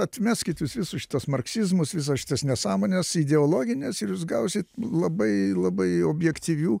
atmeskit jus visus šitus marksizmus visas šitas nesąmones ideologines ir jūs gausit labai labai objektyvių